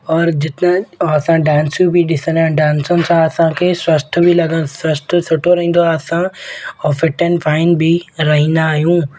और जिते असां डांसूं बि ॾिसंदा आहियूं डांसुनि सां असां खे स्वस्थ बि लॻं स्वस्थ सुठो रहींदो आहे असांजो और फिट एन फाइन बि रहींदो आहियूं